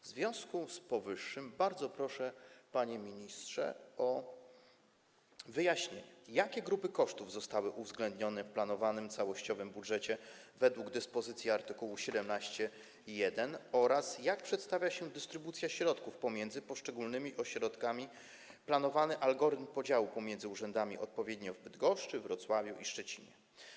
W związku z powyższym bardzo proszę, panie ministrze, o wyjaśnienie: Jakie grupy kosztów zostały uwzględnione w planowanym całościowym budżecie według dyspozycji art. 17 ust. 1 oraz jak przedstawia się dystrybucja środków pomiędzy poszczególnymi ośrodkami - planowany algorytm podziału pomiędzy urzędami odpowiednio w Bydgoszczy, we Wrocławiu i w Szczecinie?